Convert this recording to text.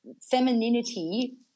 Femininity